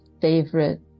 favorite